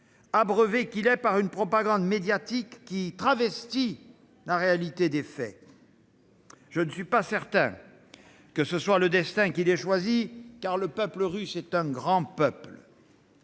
abreuvé par une propagande médiatique qui travestit la réalité des faits. Je ne suis pas certain que ce soit le destin qu'il ait choisi, car le peuple russe est un grand peuple.